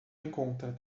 encontra